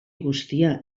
guztia